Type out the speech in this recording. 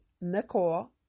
Nicole